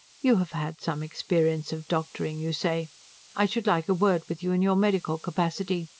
you have had some experience of doctoring, you say i should like a word with you in your medical capacity.